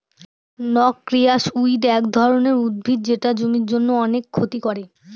noxious weed এক ধরনের উদ্ভিদ যেটা জমির জন্য অনেক ক্ষতি করে